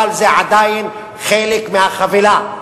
אבל זה עדיין חלק מהחבילה.